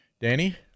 Danny